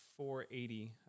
480